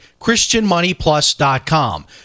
christianmoneyplus.com